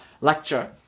lecture